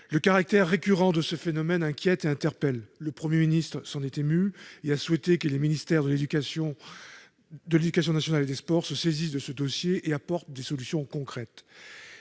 Le caractère récurrent de ces drames inquiète et interpelle. Le Premier ministre s'en est ému : il a souhaité que les ministères de l'éducation nationale et des sports se saisissent de ce dossier et apportent des solutions concrètes.